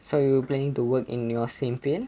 so are you planning to work in your same field